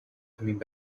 coming